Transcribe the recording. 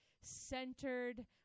centered